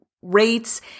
rates